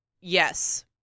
Yes